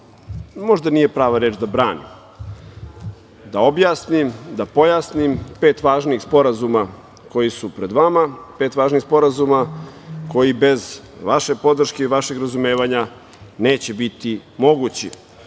možda nije prava reč da branim, da objasnim, da pojasnim pet važnih sporazuma koji su pred vama, pet važnih sporazuma koji bez vaše podrške i vašeg razumevanja neće biti mogući.U